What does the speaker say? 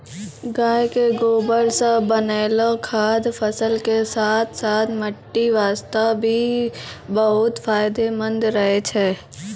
गाय के गोबर सॅ बनैलो खाद फसल के साथॅ साथॅ मिट्टी वास्तॅ भी बहुत फायदेमंद रहै छै